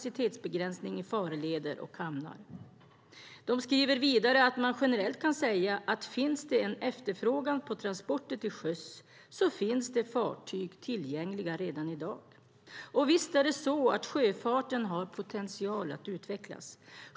kapacitetsbegränsning i farleder och hamnar." De skriver vidare att man generellt kan säga att finns det en efterfrågan på transporter till sjöss finns det fartyg tillgängliga redan i dag. Och visst är det så att sjöfarten har potential att utvecklas.